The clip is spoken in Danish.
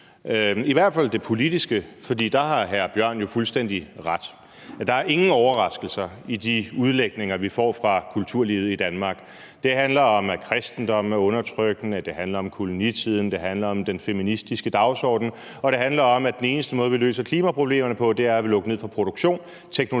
i hvert fald det politiske. For der har hr. Mikkel Bjørn jo fuldstændig ret: Der er ingen overraskelser i de udlægninger, vi får fra kulturlivet i Danmark. Det handler om, at kristendommen er undertrykkende, det handler om kolonitiden, det handler om den feministiske dagsorden, og det handler om, at den eneste måde vi løser klimaproblemerne på, er ved at lukke ned for produktion –